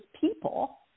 people